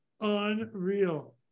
Unreal